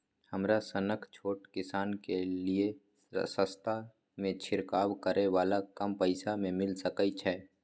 हमरा सनक छोट किसान के लिए सस्ता में छिरकाव करै वाला कम पैसा में मिल सकै छै?